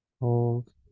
Hold